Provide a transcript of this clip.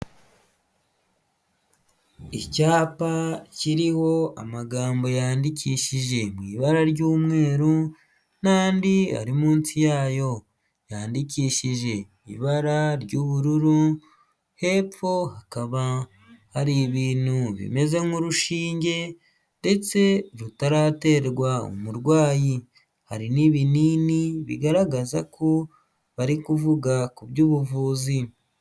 Icyapa kiriho amagambo yandikishije mu ibara ry'umweru n'andi ari munsi yayo, yandikishije ibara ry'ubururu, hepfo hakaba hari ibintu bimeze nk'urushinge ndetse rutaraterwa umurwayi, hari n'ibinini bigaragaza ko bari kuvuga ku by'ubuvuzi.